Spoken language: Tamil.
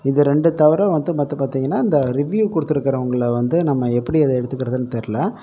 இது ரெண்டை தவிர வந்து மற்றது பார்த்திங்கன்னா இந்த ரிவ்யூ கொடுத்துருக்குறவங்கள வந்து நம்ம எப்படி அதை எடுத்துக்கிறதுன்னு தெரில